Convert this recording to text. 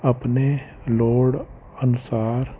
ਆਪਣੇ ਲੋੜ ਅਨੁਸਾਰ